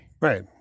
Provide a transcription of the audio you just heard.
Right